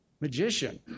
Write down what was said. magician